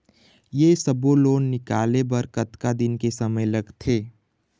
ये सब्बो लोन निकाले बर कतका दिन के समय लगथे?